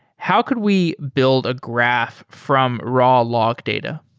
how could we build a graph from raw log data?